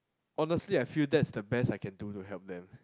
honestly I feel that's the best I can do to help them